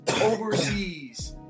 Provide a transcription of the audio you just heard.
overseas